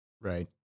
right